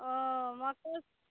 ओ महसूस